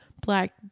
black